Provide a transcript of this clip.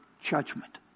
judgment